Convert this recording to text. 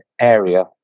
area